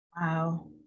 Wow